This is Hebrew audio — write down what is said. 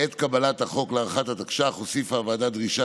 בעת קבלת החוק להארכת התקש"ח הוסיפה הוועדה דרישה